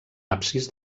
absis